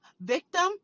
victim